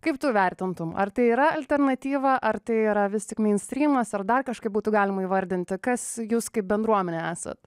kaip tu vertintum ar tai yra alternatyva ar tai yra vis tik meinstrymas ar dar kažkaip būtų galima įvardinti kas jus kaip bendruomenė esat